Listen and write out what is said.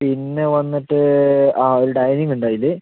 പിന്ന വന്നിട്ട് ആ ഒര് ഡൈനിംഗ് ഉണ്ട് അതില്